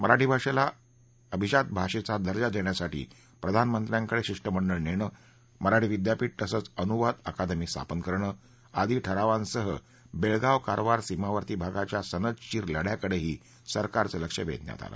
मराठी भाषेला अभिजात भाषेचा दर्जा देण्यासाठी प्रधानमंत्र्यांकडं शिष्टमंडळ नेणं मराठी विद्यापीठ तसंच अनुवाद अकादमी स्थापन करणं आदी ठरावांसह बेळगाव कारवार सीमावर्ती भागाच्या सनदशीर लढ्याकडेही सरकारचं लक्ष वेधण्यात आलं